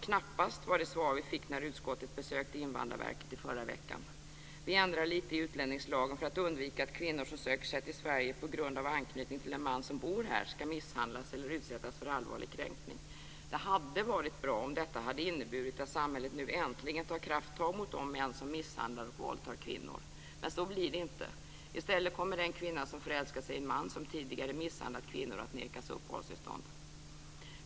Knappast, var det svar vi fick när utskottet besökte Invandrarverket i förra veckan. Vi ändrar lite i utlänningslagen för att undvika att kvinnor som söker sig till Sverige på grund av anknytning till en man som bor här ska misshandlas eller utsättas för allvarlig kränkning. Det hade varit bra om detta hade inneburit att samhället nu äntligen tar krafttag mot de män som misshandlar och våldtar kvinnor. Men så blir det inte. I stället kommer den kvinna som förälskat sig i en man som tidigare misshandlat kvinnor att nekas uppehållstillstånd.